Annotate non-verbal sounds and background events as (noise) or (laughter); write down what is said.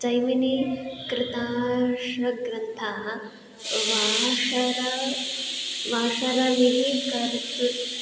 जैमिनि कृतार्षग्रन्थाः वाशरं वाशरमिति क (unintelligible)